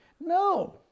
No